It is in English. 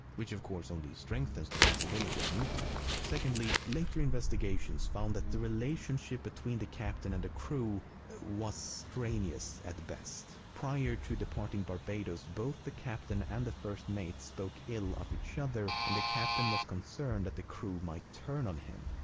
which, of course, only strengthens the possibility of mutiny. secondly, later investigations found that the relationship between the captain and the crew was strenuous at best. prior to departing barbados both the captain and the first mate spoke ill of each other and the captain was concerned that the crew might turn on him.